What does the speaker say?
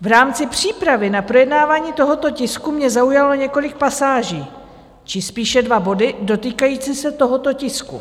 V rámci přípravy na projednávání tohoto tisku mě zaujalo několik pasáží či spíše dva body dotýkající se tohoto tisku.